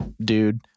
dude